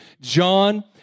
John